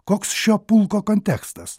koks šio pulko kontekstas